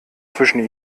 zwischen